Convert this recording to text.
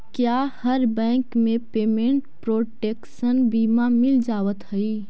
क्या हर बैंक में पेमेंट प्रोटेक्शन बीमा मिल जावत हई